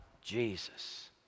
Jesus